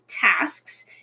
tasks